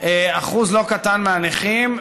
אחוז לא קטן מהנכים,